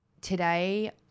Today